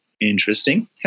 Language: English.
Interesting